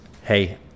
Hey